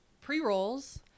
pre-rolls